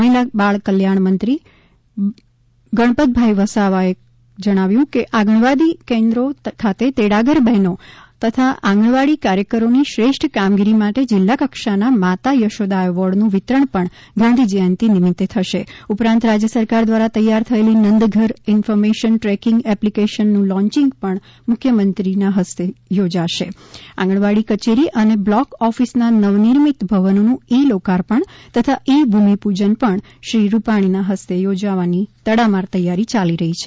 મહિલા બાળકલ્યાણ મંત્રી ગણપતભાઇ વસાવાએ જણાવ્યું છે કે આંગણવાડી કેન્દ્રો ખાતે તેડાગર બહેનો તથા આંગણવાડી કાર્યકરોની શ્રેષ્ઠ કામગીરી માટે જિલ્લા કક્ષા ના માતા યશોદા એવોર્ડનું વિતરણ પણ ગાંધી જયંતિ નિમિત્તે થશે ઉપરાંત રાજ્ય સરકાર દ્વારા તૈયાર થયેલી નંદઘર ઇન્ફર્મેશન ટ્રેકીંગ એપ્લીકેશનનું લોન્યીંગ પણ મુખ્યમંત્રી વિજય રૂપાણીના હસ્તે યોજાશે આંગણવાડી કચેરી અને બ્લોક ઓફિસના નવ નિર્મીત ભવનોનું ઇ લોકાર્પણ તથા ઇ ભૂમિપજન પણ શ્રી રૂપાણીના હસ્તે યોજવાની તડામાર તૈયારી ચાલી રહી છે